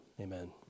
Amen